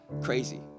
crazy